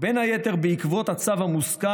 אבל זה לא נכון.